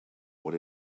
that